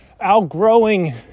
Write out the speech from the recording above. outgrowing